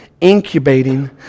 incubating